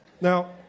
Now